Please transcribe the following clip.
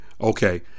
Okay